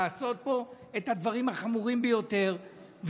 לעשות פה את הדברים החמורים ביותר,